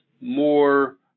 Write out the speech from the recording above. more